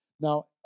Now